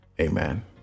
amen